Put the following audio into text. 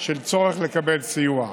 של צורך לקבל סיוע.